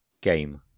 game